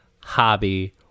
hobby